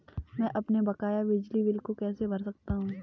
मैं अपने बकाया बिजली बिल को कैसे भर सकता हूँ?